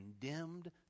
condemned